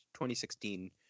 2016